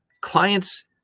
clients